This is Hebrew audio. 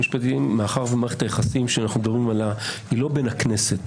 מאחר ומערכת היחסים שאנחנו מדברים עליה היא לא בין הכנסת